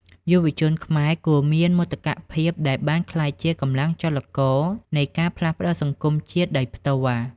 យុវជនខ្មែរគួរមានមោទកភាពដែលបានក្លាយជា "កម្លាំងចលករ" នៃការផ្លាស់ប្តូរសង្គមជាតិដោយផ្ទាល់។